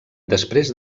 després